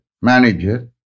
manager